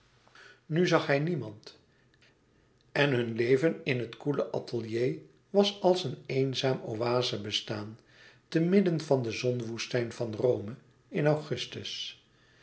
nu zag hij niemand en hun leven in het koele atelier was als een eenzaam oaze bestaan te midden van de zonwoestijn van rome in augustus